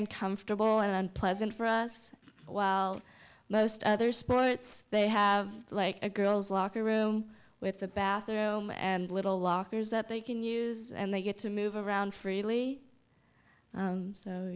uncomfortable and unpleasant for us while most other sports they have like a girls locker room with the bathroom and little lockers that they can use and they get to move around freely